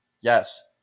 Yes